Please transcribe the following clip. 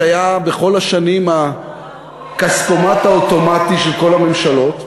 שהיה בכל השנים הכספומט האוטומטי של כל הממשלות,